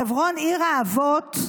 חברון עיר האבות.